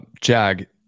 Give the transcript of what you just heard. Jag